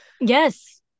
Yes